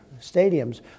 stadiums